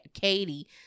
Katie